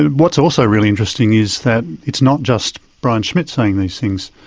what's also really interesting is that it's not just brian schmidt saying these things,